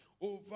over